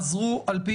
על פי